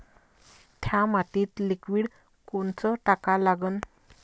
थ्या मातीत लिक्विड कोनचं टाका लागन?